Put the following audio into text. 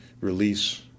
release